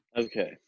okay